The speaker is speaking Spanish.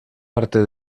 parte